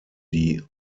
die